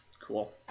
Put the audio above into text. Cool